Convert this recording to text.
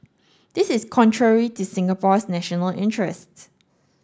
this is contrary to Singapore's national interests